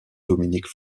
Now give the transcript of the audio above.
dominique